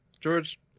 George